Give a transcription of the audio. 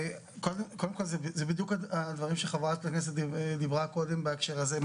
זה בדיוק הדברים שחברת הכנסת דיברה קודם בהקשר הזה.